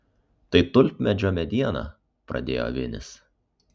tai tulpmedžio mediena pradėjo vinis